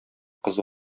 кызы